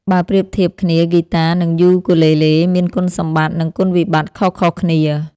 បើប្រៀបធៀបគ្នា ហ្គីតា និងយូគូលេលេមានគុណសម្បត្តិ និងគុណវិបត្តិខុសៗគ្នា។